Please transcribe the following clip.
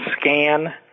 scan